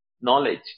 knowledge